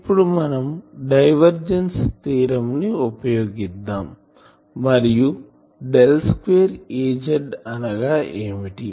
ఇప్పుడు మనం divergence theorem ని ఉపయోగిద్దాం మరియు డెల్ స్క్వేర్ Az అనగా ఏమిటి